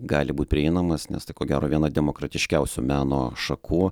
gali būt prieinamas nes tai ko gero viena demokratiškiausių meno šakų